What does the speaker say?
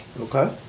Okay